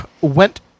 went